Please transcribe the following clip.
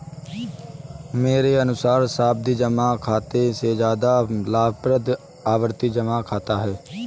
मेरे अनुसार सावधि जमा खाते से ज्यादा लाभप्रद आवर्ती जमा खाता है